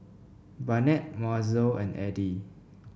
Barnett Mozell and Eddy